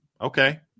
Okay